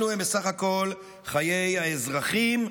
אלה הם בסך הכול חיי האזרחים,